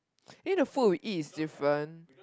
you know the food we eat is different